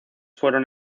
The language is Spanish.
fueron